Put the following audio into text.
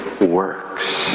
works